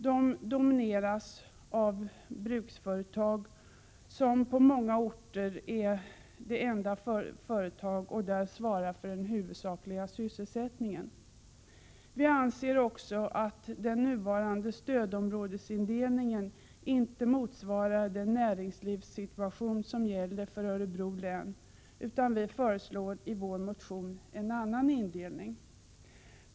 De domineras av bruksföretag, som på många orter är enda företag och där svarar för den huvudsakliga sysselsättningen. Vi anser också att den nuvarande stödområdesindelningen inte motsvarar den näringslivssituation som gäller för Örebro län och föreslår i vår motion en annan indelning.